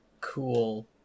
cool